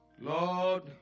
Lord